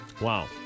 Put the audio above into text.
Wow